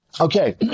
Okay